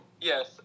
yes